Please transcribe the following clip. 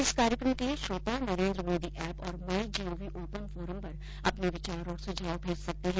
इस कार्यक्रम के लिए श्रोता नरेन्द्र मोदी एप और माई जीओवी ओपन फोरम पर अपने विचार और सुझाव भेज सकते हैं